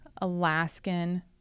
Alaskan